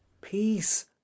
peace